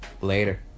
Later